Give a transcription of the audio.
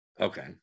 Okay